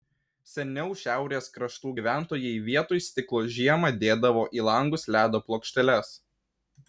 seniau šiaurės kraštų gyventojai vietoj stiklo žiemą dėdavo į langus ledo plokšteles